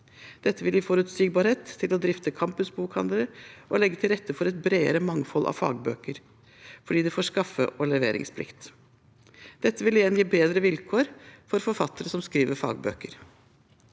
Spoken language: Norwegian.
Dette vil gi forutsigbarhet til å drifte campusbokhandler og legge til rette for et bredere mangfold av fagbøker, fordi de får skaffeog leveringsplikt. Dette vil igjen gi bedre vilkår for forfattere som skriver fagbøker.